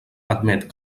admet